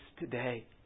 today